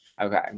Okay